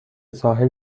ساحل